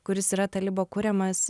kuris yra talibo kuriamas